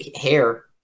hair